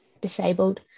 disabled